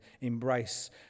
embrace